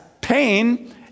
pain